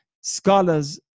scholars